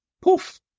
Poof